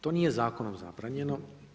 To nije zakonom zabranjeno.